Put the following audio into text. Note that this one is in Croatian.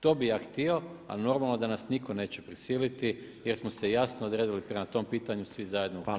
To bih ja htio, a normalno da nas nitko neće prisiliti jer smo se jasno odredili prema tom pitanju svi zajedno u Hrvatskoj.